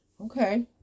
okay